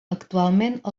actualment